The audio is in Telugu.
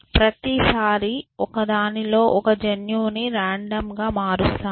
ప్రతిసారి ఒక దానిలో ఒక జన్యువును రాండమ్ గా మారుస్తాము